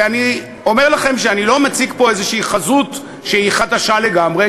ואני אומר לכם שאני לא מציג פה איזו חזות שהיא חדשה לגמרי,